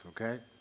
okay